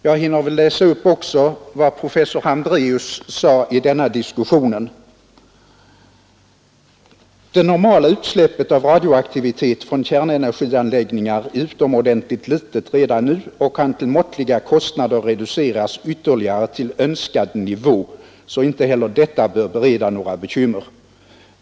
Jag hinner väl läsa upp också vad professor Hambreus sade i denna diskussion. ”Det normala utsläppet av radioaktivitet från kärnenergianläggningar är utomordentligt litet redan nu och kan till måttliga kostnader reduceras ytterligare till önskad nivå, så inte heller detta bör bereda några bekymmer.